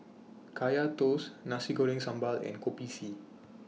Kaya Toast Nasi Goreng Sambal and Kopi C